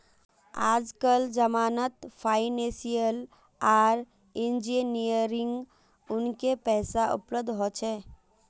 आजकल जमानत फाइनेंसियल आर इंजीनियरिंग अनेक पैसा उपलब्ध हो छे